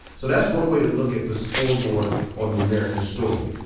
so that's one way to look at the scoreboard on the american story,